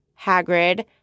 Hagrid